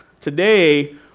Today